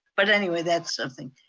but anyway, that's something.